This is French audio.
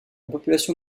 population